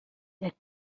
der